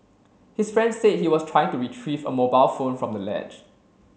his friend said he was trying to retrieve a mobile phone from the ledge